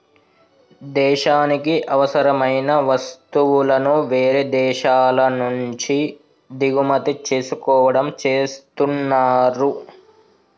దేశానికి అవసరమైన వస్తువులను వేరే దేశాల నుంచి దిగుమతి చేసుకోవడం చేస్తున్నరు